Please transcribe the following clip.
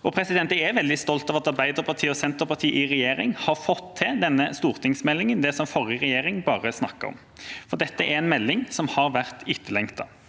Jeg er veldig stolt over at Arbeiderpartiet og Senterpartiet i regjering har fått til denne stortingsmeldinga, det som forrige regjering bare snakket om. Dette er en melding som har vært etterlengtet.